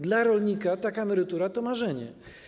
Dla rolnika taka emerytura to marzenie.